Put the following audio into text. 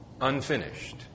unfinished